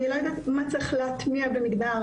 אני לא יודעת מה צריך להטמיע במגדר,